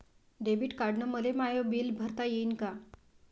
Debit कार्डानं मले my bill भरता येईन का?